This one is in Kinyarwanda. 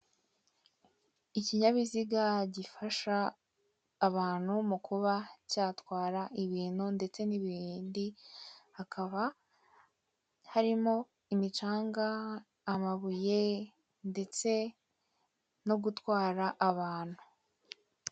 Ikinyabiziga gifasha abantu mu kuba cyatwara ibintu ndetse n'ibindi, hakaba harimo imicanga, amabuye ndetse no gutwara abantu.